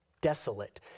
desolate